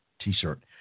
T-shirt